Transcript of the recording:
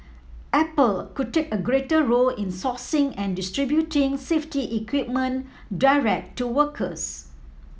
Apple could take a greater role in sourcing and distributing safety equipment direct to workers